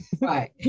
Right